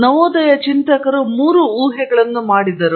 ನವೋದಯ ಚಿಂತಕರು ಮೂರು ಊಹೆಗಳನ್ನು ಮಾಡಿದರು